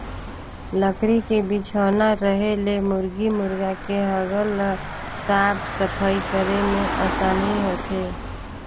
लकरी के बिछौना रहें ले मुरगी मुरगा के हगल ल साफ सफई करे में आसानी होथे